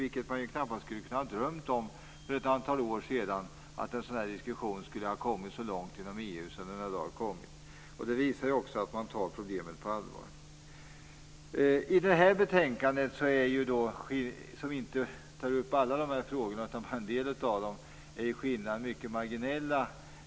För ett antal år sedan skulle man knappast ha kunnat drömma om att en sådan här diskussion skulle ha kommit så pass långt inom EU. Det visar också att man tar problemet på allvar. I detta betänkande, som bara tar upp en del av dessa frågor, är skillnaderna mycket marginella.